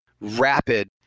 rapid